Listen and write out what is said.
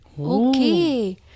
Okay